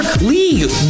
league